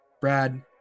brad